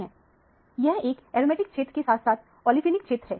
यह एक एरोमेटिक क्षेत्र के साथ साथ औलीफिनिक क्षेत्र है